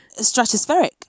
stratospheric